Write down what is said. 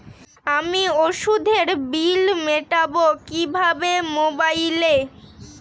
আমি ওষুধের বিল মেটাব কিভাবে মোবাইলে?